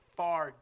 far